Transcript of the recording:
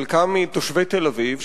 חלקם תושבי תל-אביב,